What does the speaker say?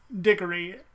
Dickery